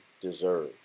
deserve